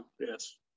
yes